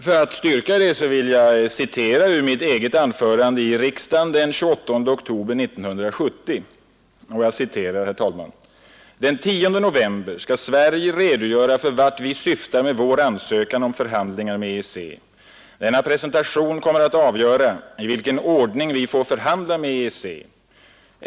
För att styrka det vill jag citera ur mitt anförande i riksdagen den 28 oktober 1970: ”Den 10 november skall Sverige redogöra för vart vi syftar med vår ansökan om förhandlingar med EEC. Denna presentation kommer att avgöra i vilken ordning vi får förhandla med EEC.